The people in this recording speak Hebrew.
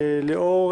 לאור